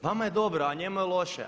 Vama je dobro a njemu je loše.